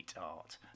art